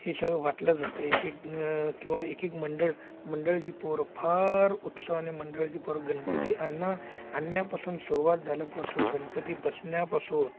हे सगळं वाटलं जातं एक एक न किंवा एक एक मंडळ मंडळची पोरं फार उत्सवाने मंडळाची पोरं गणपती आन्ना आणण्यापासून सुरुवात झाल्यापासून गणपती बसण्यापासून